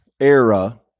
era